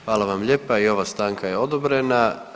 Hvala vam lijepa i ova stanka je odobrena.